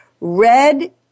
Red